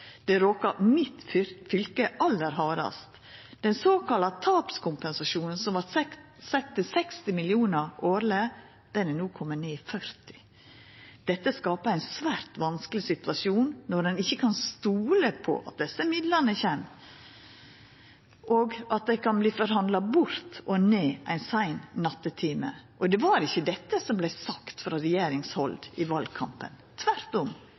Det råka mitt fylke aller hardast. Den såkalla tapskompensasjonen, som vart sett til 60 mill. kr årleg, er no komen ned i 40 mill. kr. Det skapar ein svært vanskeleg situasjon når ein ikkje kan stola på at desse midlane kjem, og at det kan verta forhandla bort og ned ein sein nattetime. Og det var ikkje dette som vart sagt frå regjeringshald i valkampen, tvert om,